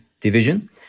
division